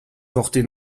portée